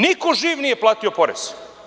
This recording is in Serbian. Niko živ nije platio porez.